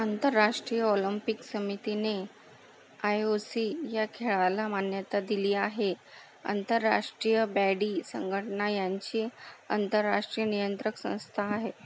आंतरराष्ट्रीय ऑलंपिक समितीने I O C या खेळाला मान्यता दिली आहे आंतरराष्ट्रीय बॅडी संघटना यांची आंतरराष्ट्रीय नियंत्रक संस्था आहे